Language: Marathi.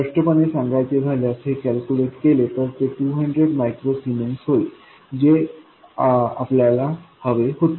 स्पष्टपणे सांगायचे झाल्यास हे कॅल्क्युलेट केले तर हे 200 मायक्रो सीमेंस होईल जे आम्हाला हवे होते